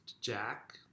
jack